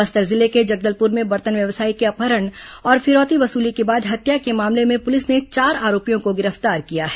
बस्तर जिले के जगदलपुर में बर्तन व्यवसायी के अपहरण और फिरौती वसूली के बाद हत्या के मामले में पूलिस ने चार आरोपियों को गिरफ्तार किया है